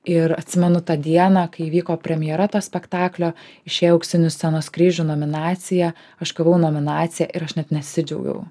ir atsimenu tą dieną kai įvyko premjera to spektaklio išėjau į auksinių scenos kryžių nominaciją aš gavau nominaciją ir aš net nesidžiaugiau